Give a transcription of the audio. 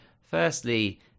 Firstly